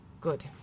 Good